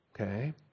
Okay